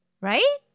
Right